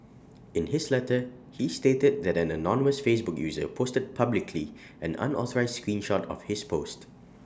in his letter he stated that an anonymous Facebook user posted publicly an unauthorised screen shot of his post